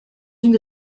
une